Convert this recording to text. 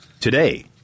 Today